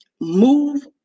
Move